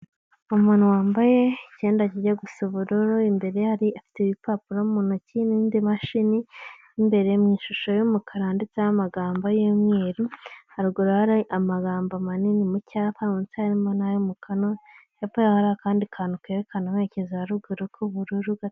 Umuntu wambaye icyenda kijya gusa ubururu imbere ye hari afite ibipapuro mu ntoki n'indi mashini, mu imbere mu ishusho y'umukara handitseho amagambo y'imyeru, harugru hari amagambo manini mu cyapa munsi harimo n'ayo mukano, hepfo yaho hari akandi kantu kerekana amerekezo ya ruguru k'ubururu gato.